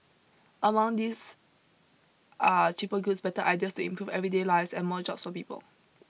among these are cheaper goods better ideas to improve everyday lives and more jobs for people